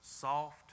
Soft